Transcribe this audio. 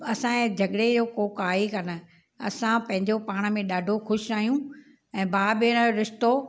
असांजे झगिड़े जो को आहे ई कोन असां पंहिंजो पाण में ॾाढो ख़ुशि आहियूं ऐं भाउ भेण जो रिश्तो